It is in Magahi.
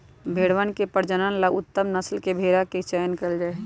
भेंड़वन के प्रजनन ला उत्तम नस्ल के भेंड़ा के चयन कइल जाहई